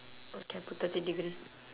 okay I put thirty degree